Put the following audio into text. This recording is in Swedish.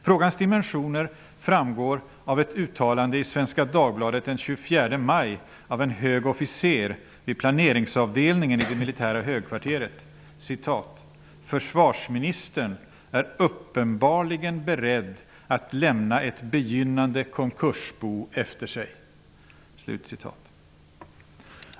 Frågans dimensioner framgår av ett uttalande i ''Försvarsministern är uppenbarligen beredd att lämna ett begynnande konkursbo efter sig.''